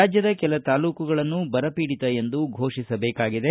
ರಾಜ್ಜದ ಕೆಲ ತಾಲೂಕುಗಳನ್ನು ಬರಪೀಡಿತ ಎಂದು ಘೋಷಿಸಬೇಕಾಗಿದೆ